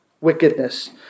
wickedness